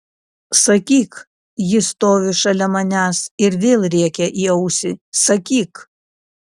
sakyk ji stovi šalia manęs ir vėl rėkia į ausį sakyk